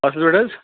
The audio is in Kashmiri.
اَصٕل پٲٹھۍ حظ